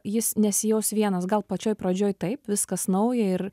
jis nesijaus vienas gal pačioj pradžioj taip viskas nauja ir